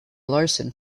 larsen